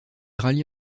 rallie